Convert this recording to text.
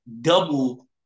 double